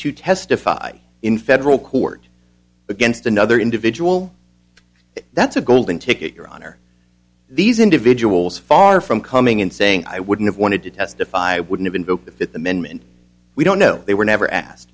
to testify in federal court against another individual that's a golden ticket your honor these individuals far from coming in saying i wouldn't have wanted to testify i wouldn't invoke the fifth amendment we don't know they were never asked